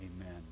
amen